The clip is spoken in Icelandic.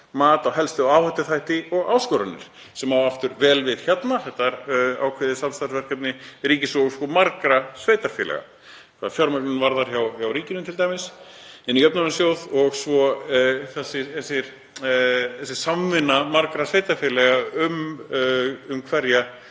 mat á helstu áhættuþætti og áskoranir.“ Aftur á vel við hérna: Þetta er ákveðið samstarfsverkefni ríkis og margra sveitarfélaga, hvað fjármögnun varðar hjá ríkinu t.d. inn í jöfnunarsjóð og svo þessi samvinna margra sveitarfélaga um hvert